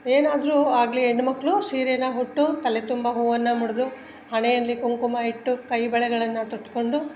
ಏನಾದರೂ ಆಗಲಿ ಹೆಣ್ಣು ಮಕ್ಕಳು ಸೀರೇನಾ ಉಟ್ಟು ತಲೆ ತುಂಬ ಹೂವನ್ನು ಮುಡಿದು ಹಣೆಯಲ್ಲಿ ಕುಂಕುಮ ಇಟ್ಟು ಕೈ ಬಳೆಗಳನ್ನು ತೊಟ್ಟುಕೊಂಡು